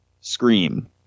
scream